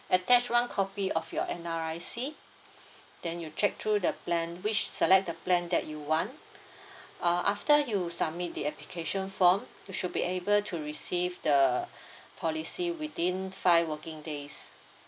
attach one copy of your N_R_I_C then you check through the plan which select the plan that you want uh after you submit the application form you should be able to receive the policy within five working days